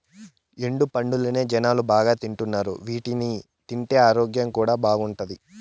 ఎండు పండ్లనే జనాలు బాగా తింటున్నారు వీటిని తింటే ఆరోగ్యం కూడా బాగుంటాది